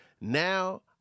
Now